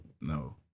no